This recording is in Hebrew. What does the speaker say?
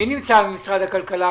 מי נמצא כאן ממשרד הכלכלה?